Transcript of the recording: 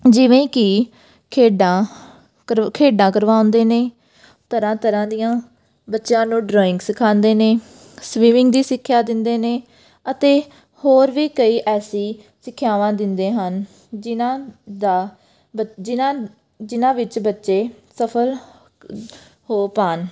ਜਿਵੇਂ ਕਿ ਖੇਡਾਂ ਕਰੋ ਖੇਡਾਂ ਕਰਵਾਉਂਦੇ ਨੇ ਤਰ੍ਹਾਂ ਤਰ੍ਹਾਂ ਦੀਆਂ ਬੱਚਿਆਂ ਨੂੰ ਡਰਾਇੰਗ ਸਿਖਾਉਂਦੇ ਨੇ ਸਵਿਮਿੰਗ ਦੀ ਸਿੱਖਿਆ ਦਿੰਦੇ ਨੇ ਅਤੇ ਹੋਰ ਵੀ ਕਈ ਐਸੀ ਸਿੱਖਿਆਵਾਂ ਦਿੰਦੇ ਹਨ ਜਿਹਨਾਂ ਦਾ ਬ ਜਿਹਨਾਂ ਜਿਹਨਾਂ ਵਿੱਚ ਬੱਚੇ ਸਫਲ ਹੋ ਪਾਉਣ